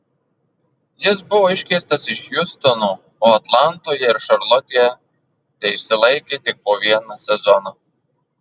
jis buvo iškeistas iš hjustono o atlantoje ir šarlotėje teišsilaikė tik po vieną sezoną